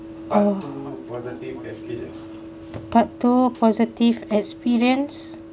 oh part two positive experience